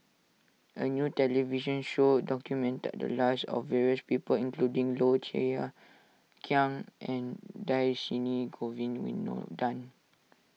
a new television show documented the lives of various people including Low Thia Khiang and Dhershini Govin Winodan